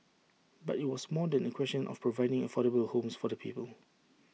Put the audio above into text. but IT was more than A question of providing affordable homes for the people